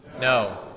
No